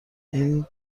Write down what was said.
این